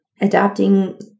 adapting